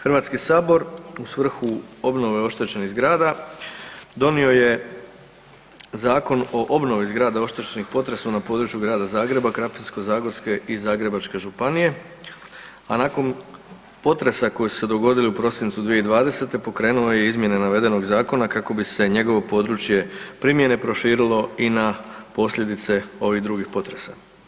Hrvatski sabor u svrhu obnove oštećenih zgrada donio je Zakon o obnovi zgrada oštećenih u potresu na području grada Zagreba, Krapinsko-zagorske i Zagrebačke županije, a nakon potresa koji su se dogodili u prosincu 2020. pokrenuo je i izmjene navedenog zakona kako bi se njegovo područje primjene proširilo i na posljedice ovih drugih potresa.